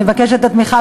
ואני מבקשת את התמיכה,